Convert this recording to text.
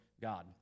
God